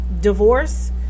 divorce